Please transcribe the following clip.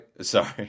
sorry